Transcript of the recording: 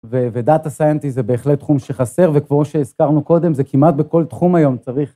ודאטה סיינטי זה בהחלט תחום שחסר וכמו שהזכרנו קודם זה כמעט בכל תחום היום צריך.